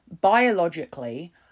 biologically